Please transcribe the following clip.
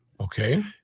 Okay